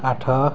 ଆଠ